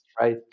right